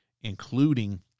including